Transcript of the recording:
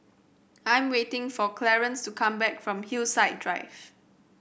I'm waiting for Clarnce to come back from Hillside Drive